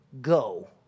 go